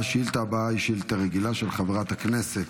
השאילתה הבאה היא שאילתה רגילה של חברת הכנסת